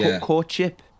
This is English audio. courtship